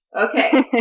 Okay